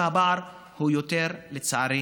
והפער לצערי